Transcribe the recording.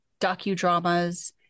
docudramas